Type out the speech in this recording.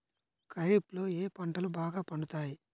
ఖరీఫ్లో ఏ పంటలు బాగా పండుతాయి?